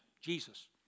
Jesus